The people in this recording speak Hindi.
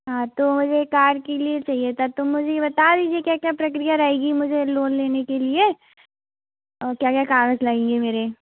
हाँ तो मुझे कार कए लिए चाहिए था तो मुझे ये बता दीजिए क्या क्या प्रकिरया रहेगी मुझे लोन लेने के लिए और क्या क्या कागज़ लगेंगे मेरे